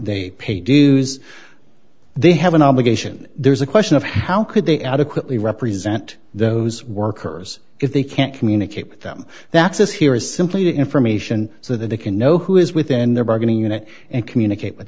they pay dues they have an obligation there's a question of how could they adequately represent those workers if they can't communicate with them that says here is simply the information so that they can know who is within their bargaining unit and communicate with